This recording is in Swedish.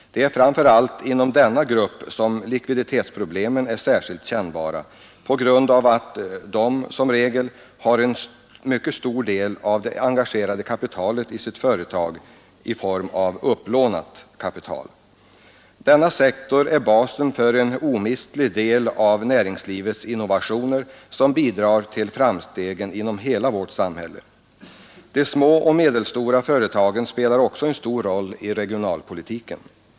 Det är framför allt inom denna grupp som likviditetsproblemen är särskilt kännbara på grund av att en mycket stor del av det engagerade kapitalet i dessa företag är upplånat. Denna sektor är basen för en omistlig del av näringslivets innovationer, som bidrar till framstegen inom hela vårt samhälle. De små och medelstora företagen spelar också en stor roll i regionalpolitiken.